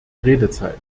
redezeit